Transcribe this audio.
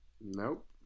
Nope